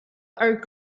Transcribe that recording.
are